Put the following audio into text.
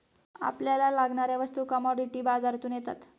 आपल्याला लागणाऱ्या वस्तू कमॉडिटी बाजारातून येतात